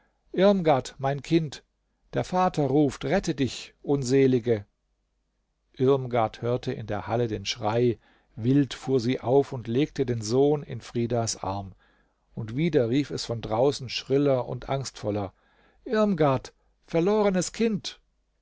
irmgard mein kind der vater ruft rette dich unselige irmgard hörte in der halle den schrei wild fuhr sie auf und legte den sohn in fridas arm und wieder rief es von draußen schriller und angstvoller irmgard verlorenes kind